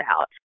out